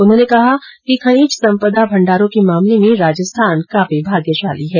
उन्होंने कहा कि खनिज संपदा भण्डारों के मामले में राजस्थान काफी भाग्यशाली है